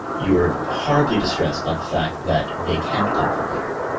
you are horribly distressed by the fact that they can't comfort you,